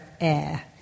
air